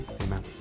amen